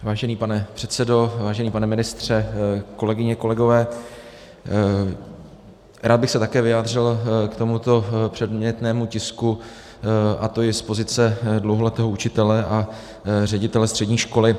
Vážený pane předsedo, vážený pane ministře, kolegyně, kolegové, rád bych se také vyjádřil k tomuto předmětnému tisku, a to i z pozice dlouholetého učitele a ředitele střední školy.